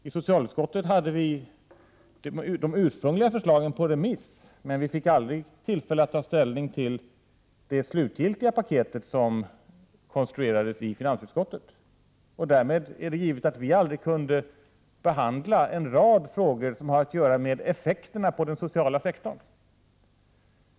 I socialutskottet hade vi de ursprungliga förslagen på remiss, men vi fick aldrig tillfälle att ta ställning till det slutgiltiga paketet, som konstruerades i finansutskottet. Därmed är det givet att vi aldrig kunde behandla en rad frågor som har att göra med effekterna inom den sociala sektorn.